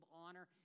honor